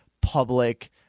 public